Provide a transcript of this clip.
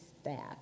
staff